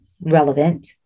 relevant